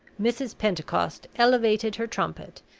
mrs. pentecost elevated her trumpet,